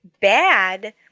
bad